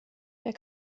der